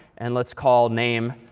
and lets call name,